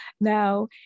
now